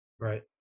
right